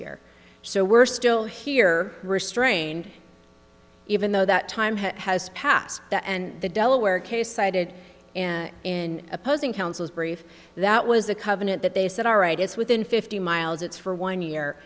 year so we're still here restrained even though that time has passed the and the delaware case cited in opposing counsel's brief that was a covenant that they said all right is within fifty miles it's for one year